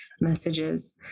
messages